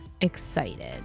excited